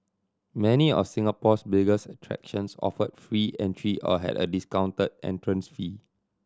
many of Singapore's biggest attractions offered free entry or had a discounted entrance fee